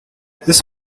this